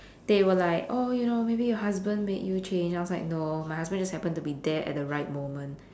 they were like oh you know maybe your husband made you change I was like no my husband just happened to be there at the right moment